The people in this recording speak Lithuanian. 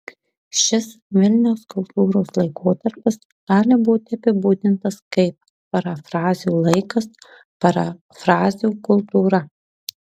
šis vilniaus kultūros laikotarpis gali būti apibūdintas kaip parafrazių laikas parafrazių kultūra